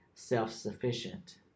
self-sufficient